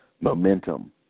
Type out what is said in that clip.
momentum